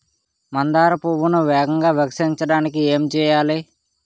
మందార పువ్వును వేగంగా వికసించడానికి ఏం చేయాలి?